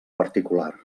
particular